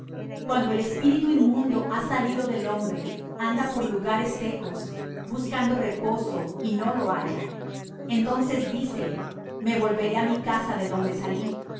cuando el espíritu inmundo ha salido del hombre anda por lugares secos buscando reposo y no lo halla entonces dice me volvere á mi casa de donde salí